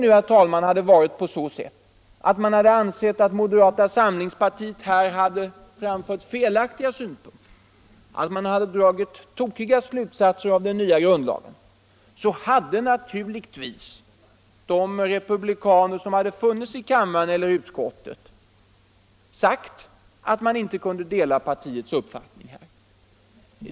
Om det, herr talman, hade varit på det sättet att man hade ansett att moderata samlingspartiet här hade framfört felaktiga synpunkter och att vi hade dragit tokiga slutsatser av den nya grundlagen hade naturligtvis de republikaner som funnits i kammaren eller utskottet sagt att de inte kunde dela partiets uppfattning.